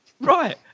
Right